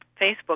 Facebook